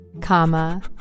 comma